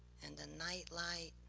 and a nightlight,